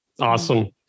Awesome